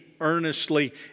earnestly